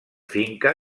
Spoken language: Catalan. finca